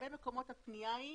בהרבה מקומות הפנייה היא